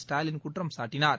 ஸ்டாலின் குற்றம் சாட்டினார்